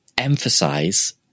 emphasize